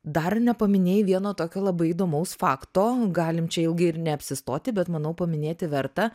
dar nepaminėjai vieno tokio labai įdomaus fakto galim čia ilgai ir neapsistoti bet manau paminėti verta